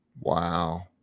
Wow